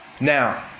Now